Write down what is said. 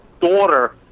daughter